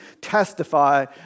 testify